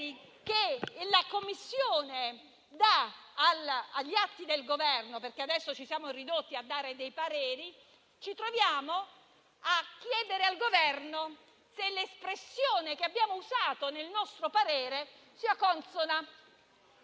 che le Commissioni esprimono sugli atti del Governo - adesso ci siamo ridotti a dare dei pareri - ci troviamo a chiedere al Governo se l'espressione che abbiamo usato nel nostro parere sia consona;